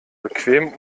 bequem